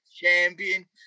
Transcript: champion